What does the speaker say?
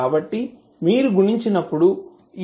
కాబట్టి మీరు గుణించినప్పుడు ఇది అవుతుంది